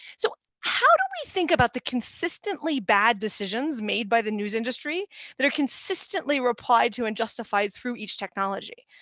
so how do we think about the consistently bad decisions made by the news industry that are consistently replied to and justified through each technology?